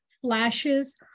flashes